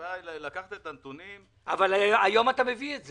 הבעיה היא לקחת את הנתונים --- אבל היום אתה מביא את זה.